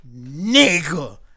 Nigga